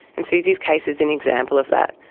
and susie's case is an example of that.